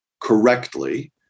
correctly